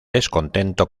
descontento